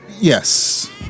Yes